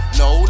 no